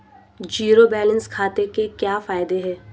Zero balance खाते के क्या फायदे हैं?